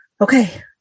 okay